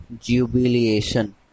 Jubilation